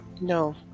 No